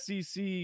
sec